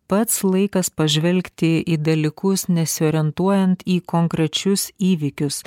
pats laikas pažvelgti į dalykus nesiorientuojant į konkrečius įvykius